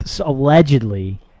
allegedly